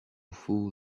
fool